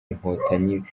inkotanyi